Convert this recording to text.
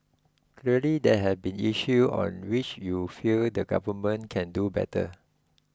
clearly there have been issues on which you feel the government can do better